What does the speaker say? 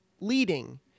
leading